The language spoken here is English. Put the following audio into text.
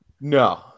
no